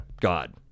god